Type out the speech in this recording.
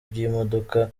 bw’imodoka